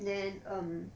them um